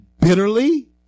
bitterly